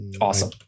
awesome